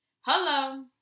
Hello